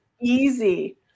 easy